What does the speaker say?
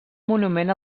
monument